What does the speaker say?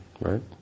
right